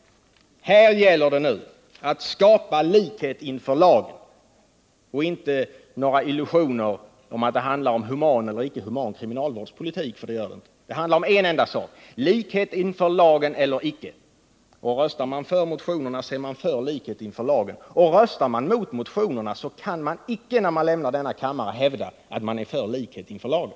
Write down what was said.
Här gäller det nu att skapa likhet inför lagen och inte några illusioner om att det handlar om human eller inte human kriminalvårdspolitik, för det gör det inte. Det handlar om en enda sak: likhet inför lagen eller icke. Röstar man för motionerna, är man för likhet inför lagen. Röstar man däremot mot motionerna, kan man icke när man lämnar denna kammare hävda att man är för likhet inför lagen.